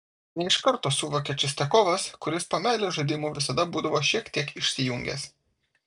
ne iš karto suvokė čistiakovas kuris po meilės žaidimų visada būdavo šiek tiek išsijungęs